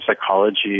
psychology